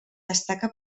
destaca